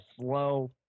slow